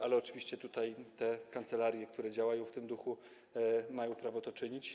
Ale oczywiście tutaj te kancelarie, które działają w tym duchu, mają prawo to czynić.